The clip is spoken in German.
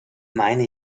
meine